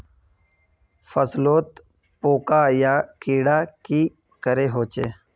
फसलोत पोका या कीड़ा की करे होचे?